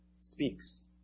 speaks